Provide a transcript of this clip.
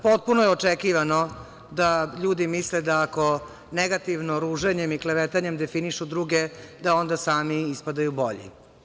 Potpuno je očekivano da ljudi misle da ako negativno, ruženjem i klevetanjem definišu druge, da onda sami ispadaju bolji.